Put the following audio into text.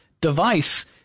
device